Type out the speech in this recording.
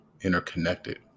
interconnected